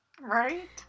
Right